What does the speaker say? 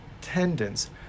tendons